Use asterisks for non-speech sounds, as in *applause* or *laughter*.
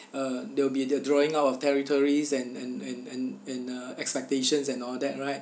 *breath* uh there will be the drawing out of territories and and and and and uh expectations and all that right